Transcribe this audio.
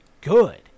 good